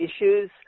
issues